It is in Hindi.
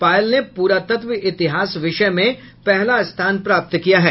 पायल ने पुरातत्व इतिहास विषय में पहला स्थान प्राप्त किया है